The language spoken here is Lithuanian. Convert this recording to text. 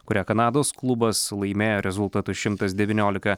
kurią kanados klubas laimėjo rezultatu šimtas devyniolika